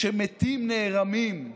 כשמתים נערמים,